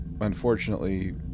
unfortunately